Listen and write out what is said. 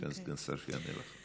יש כאן סגן שר שיענה לנו.